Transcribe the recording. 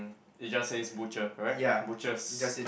mm it just says butcher correct butchers